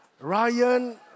Ryan